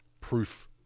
proof